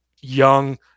young